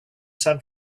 san